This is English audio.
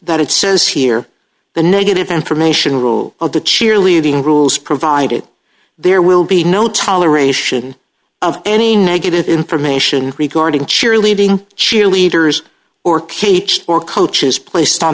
that it says here the negative information rule of the cheerleading rules provided there will be no toleration of any negative information regarding cheerleading cheerleaders or ph or coaches placed on